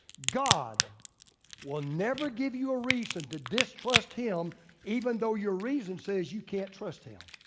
god will never give you a reason to distrust him even though your reason says you can't trust him.